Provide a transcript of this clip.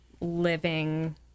living